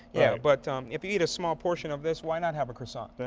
yeah. but if you eat a small portion of this, why not have a croissant.